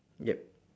yup